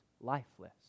lifeless